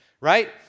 Right